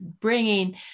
bringing